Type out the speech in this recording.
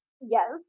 yes